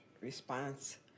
response